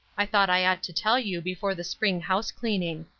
i thought i ought to tell you before the spring house-cleaning.